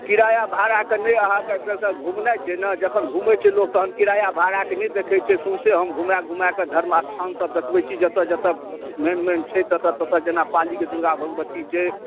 किराआ भाड़ा कऽ नहि अहाँकेँ टेंशन घुमनाइ छै ने जखन घुमैत छै लोक तहन किराआ भाड़ाक नहि देखैत छै सौसे हम घुमाय घुमाय कऽ धर्म स्थान सभ देखबैत छी जतऽ जतऽ मेन मेन छै ततऽ ततऽ जेना अपना पाली कऽ दुर्गा भगवती छै